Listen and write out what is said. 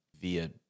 via